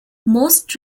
most